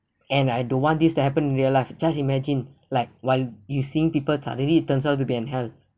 and I don't want this to happen in real life just imagine like while you seeing people suddenly it turns out to be an hell